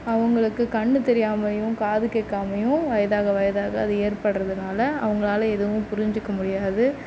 அவங்களுக்கு கண்ணு தெரியாமையும் காது கேட்காமையும் வயதாக வயதாக அது ஏற்படுறதுனால அவங்களால எதுவும் புரிஞ்சிக்க முடியாது